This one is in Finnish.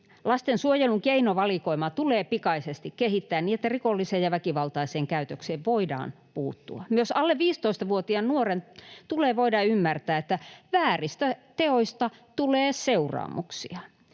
Lastensuojelun keinovalikoimaa tulee pikaisesti kehittää, niin että rikolliseen ja väkivaltaiseen käytökseen voidaan puuttua. Myös alle 15-vuotiaan nuoren tulee voida ymmärtää, että vääristä teoista tulee seuraamuksia.